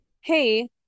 hey